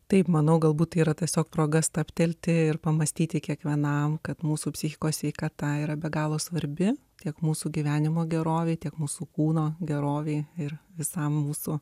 taip manau galbūt yra tiesiog proga stabtelti ir pamąstyti kiekvienam kad mūsų psichikos sveikata yra be galo svarbi tiek mūsų gyvenimo gerovei tiek mūsų kūno gerovei ir visam mūsų